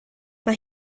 mae